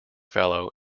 fellow